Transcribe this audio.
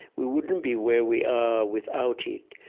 we wouldn't be where we are without it.